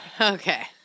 Okay